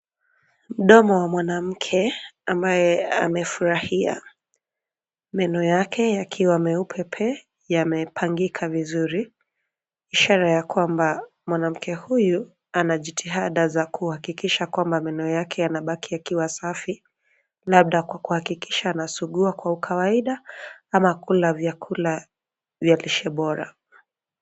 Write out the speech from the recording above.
Mdomo wa mwanamke ambaye amefurahia. Meno yake yakiwa meupe pe! Yamepangika vizuri ishara ya kwamba mwanamke huyu ana jitihada za kuhakikisha kwamba meno yake yanabaki yakiwa safi. Labda kwa kuhakikisha anasugua kwa ukawaida ama kula vyakula vya lishe bora.